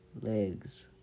legs